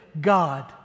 God